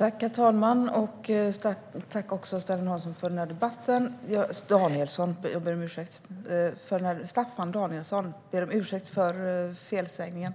Herr talman! Tack, Stellan Adolfsson, för debatten! Staffan Danielsson! Jag ber om ursäkt för felsägningen.